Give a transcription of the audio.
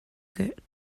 good